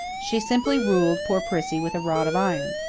she simply ruled poor prissy with a rod of iron.